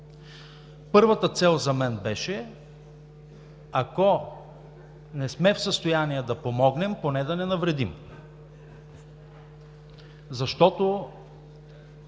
Първата цел за мен беше, ако не сме в състояние да помогнем, поне да не навредим. Защото